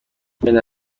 wenda